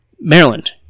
Maryland